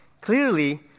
Clearly